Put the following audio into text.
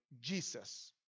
Jesus